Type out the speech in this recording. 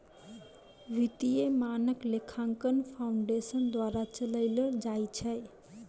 वित्तीय मानक लेखांकन फाउंडेशन द्वारा चलैलो जाय छै